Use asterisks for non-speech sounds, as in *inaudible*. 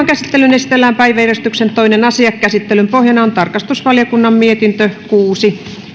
*unintelligible* käsittelyyn esitellään päiväjärjestyksen toinen asia käsittelyn pohjana on tarkastusvaliokunnan mietintö kuusi